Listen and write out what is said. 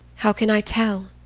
how can i tell?